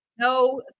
No